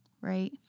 right